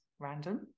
random